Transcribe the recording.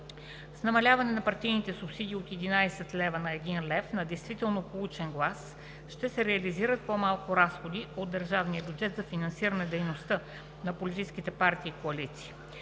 С намаляването на партийните субсидии от 11 лв. на 1 лв. на действително получен глас ще се реализират по-малко разходи от държавния бюджет за финансиране на дейността на политическите партии и коалиции.